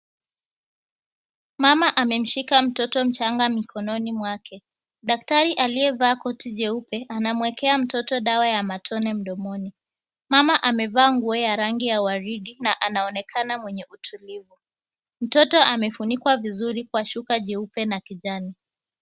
Mama amemshika mtoto mchanga mikononi mwake, daktari aliyevaa koti jeupe anamwekea mtoto dawa ya matone mdomoni. Mama amevaa nguo ya rangi ya waridi na anaonekana mwenye utulivu. Mtoto amefunikwa vizuri kwa shuka jeupe na kijani.